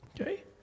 Okay